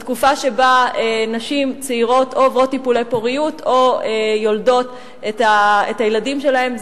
בתקופה שבה נשים צעירות עוברות טיפולי פוריות או יולדות את הילדים שלהן.